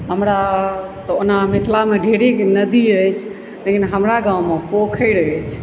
हमरा तऽ ओना मिथिलामे ढेरीक नदी अछि लेकिन हमरा गावमे पोखरि अछि